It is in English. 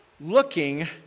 looking